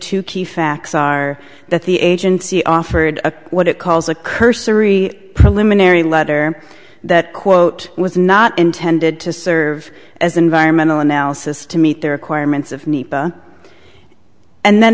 two key facts are that the agency offered a what it calls a cursory preliminary letter that quote was not intended to serve as environmental analysis to meet the requirements of nepa and then